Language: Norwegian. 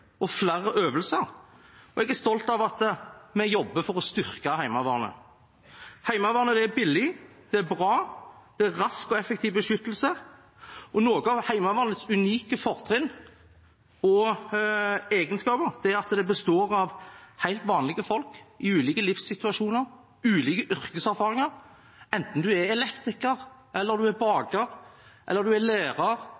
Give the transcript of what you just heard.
og flere øvelser, og jeg er stolt av at vi jobber for å styrke Heimevernet. Heimevernet er billig, det er bra, det er rask og effektiv beskyttelse. Heimevernets unike fortrinn og egenskap er bl.a. at det består av helt vanlige folk, i ulike livssituasjoner og med ulike yrkeserfaringer. Enten du er elektriker, baker, lærer eller stortingsrepresentant, risikerer du